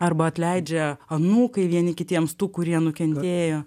arba atleidžia anūkai vieni kitiems tų kurie nukentėjo